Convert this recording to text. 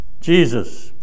Jesus